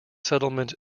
settlement